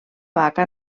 vaca